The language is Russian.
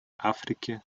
африки